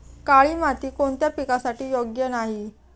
काळी माती कोणत्या पिकासाठी योग्य नाही?